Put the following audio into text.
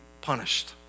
punished